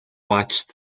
watched